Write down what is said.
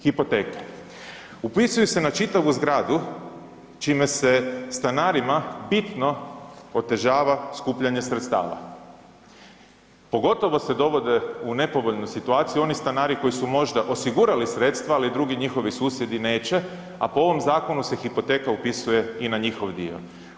Hipoteke, upisuju se na čitavu zgradu čime se stanarima bitno otežava skupljanje sredstava, pogotovo se dovode u nepovoljnu situaciju oni stanari koji su možda osigurali sredstva, ali drugi njihovi susjedi neće, a po ovom zakonu se hipoteka upisuje i na njihov dio.